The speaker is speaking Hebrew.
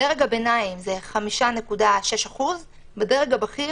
הביניים, 5.6%; בדרג הבכיר,